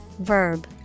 verb